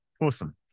Awesome